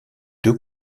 deux